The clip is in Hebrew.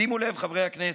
שימו לב, חברי הכנסת,